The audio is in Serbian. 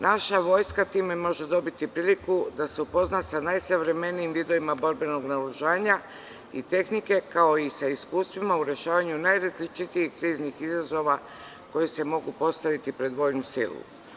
Naša vojska time može dobiti priliku da se upozna sa najsavremenijim vidovima borbenog naoružanja i tehnike, kao i sa iskustvima u rešavanju najrazličitijih kriznih izazova koji se mogu postaviti pred vojnu silu.